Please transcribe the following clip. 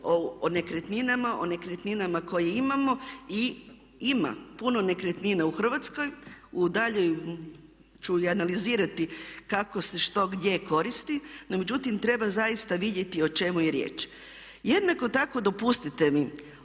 o nekretninama, o nekretninama koje imamo i ima puno nekretnina u Hrvatskoj u daljnjoj, ću i analizirati kako se što gdje koristi. No međutim, treba zaista vidjeti o čemu je riječ. Jednako tako dopustite mi,